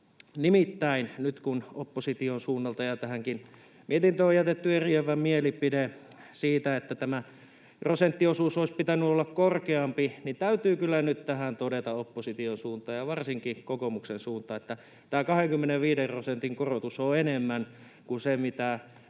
Nimittäin nyt, kun opposition suunnalta tähänkin mietintöön on jätetty eriävä mielipide siitä, että tämä prosenttiosuus olisi pitänyt olla korkeampi, niin täytyy kyllä nyt tähän todeta opposition suuntaan ja varsinkin kokoomuksen suuntaan, että tämä 25 prosentin korotus on enemmän kuin se, mitä